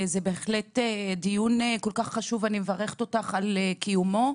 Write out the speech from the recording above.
זה בהחלט דיון חשוב ואני מברכת אותך על קיומו.